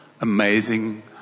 amazing